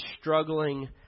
struggling